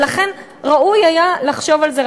ולכן ראוי היה לחשוב על זה,